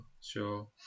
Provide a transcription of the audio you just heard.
sure